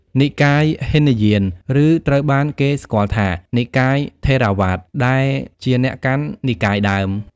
និកាយហីនយាន ឬត្រូវបានគេស្គាល់ថា និកាយថេរវាទ (ដែលជាអ្នកកាន់និកាយដើម)។